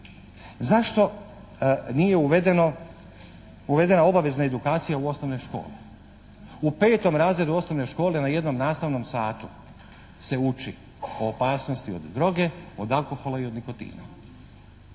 Zašto nije uvedena obavezna edukacija u osnovne škole? U petom razredu osnovne škole na jednom nastavnom satu se uči o opasnosti od droge, od alkohola i od nikotina